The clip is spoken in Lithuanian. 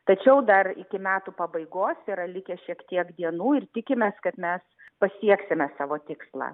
tačiau dar iki metų pabaigos yra likę šiek tiek dienų ir tikimės kad mes pasieksime savo tikslą